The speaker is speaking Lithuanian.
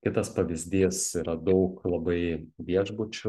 kitas pavyzdys yra daug labai viešbučių